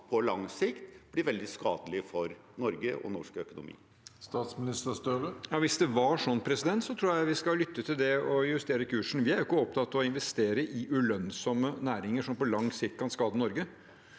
på lang sikt kan bli veldig skadelig for Norge og norsk økonomi? Statsminister Jonas Gahr Støre Hvis det var sånn, tror jeg vi skal lytte til det og justere kursen. Vi er jo ikke opptatt av å investere i ulønnsomme næringer som på lang sikt kan skade Norge.